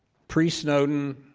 pre-snowden,